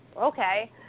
okay